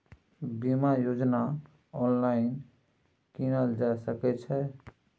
बीमा योजना ऑनलाइन कीनल जा सकै छै?